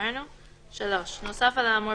חשבנו שצריך תמיד להשתמש